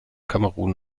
kamerun